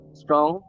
strong